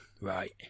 right